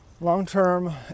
long-term